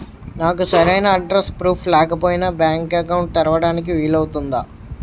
నాకు సరైన address proof లేకపోయినా బ్యాంక్ అకౌంట్ తెరవడానికి వీలవుతుందా?